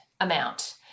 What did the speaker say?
amount